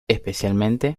especialmente